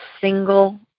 single